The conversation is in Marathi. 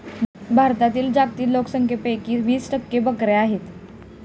भारतातील जागतिक लोकसंख्येपैकी वीस टक्के बकऱ्या आहेत